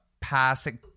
passing